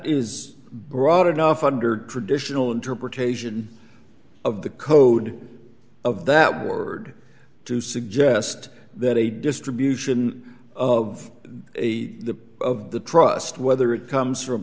is broad enough under traditional interpretation of the code of that word to suggest that a distribution of a the of the trust whether it comes from